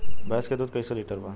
भैंस के दूध कईसे लीटर बा?